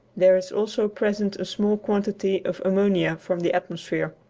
there is also present a small quantity of ammonia from the atmosphere.